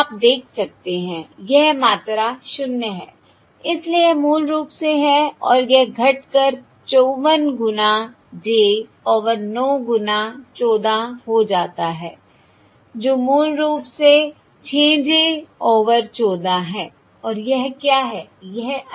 यह आप देख सकते हैं यह मात्रा शून्य है इसलिए यह मूल रूप से है और यह घटकर 54 गुना j ओवर 9 गुना 14 हो जाता है जो मूल रूप से 6 j ओवर 14 है और यह क्या है